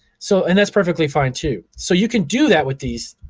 so and that's perfectly fine too. so you can do that with these.